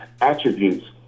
attributes